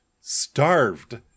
Starved